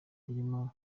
birimo